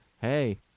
hey